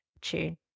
tune